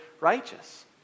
righteous